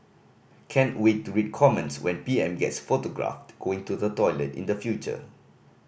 can't wait to read comments when P M gets photographed going to the toilet in the future